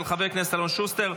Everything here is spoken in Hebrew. של חבר הכנסת אלון שוסטר.